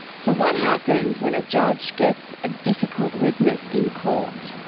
so what happens when a judge gets a difficult witness in court?